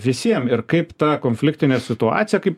visiem ir kaip ta konfliktinė situacija kaip